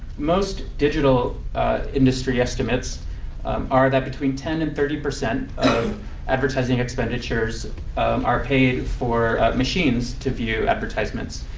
most digital industry estimates are that between ten and thirty percent of advertising expenditures are paid for machines to view advertisements.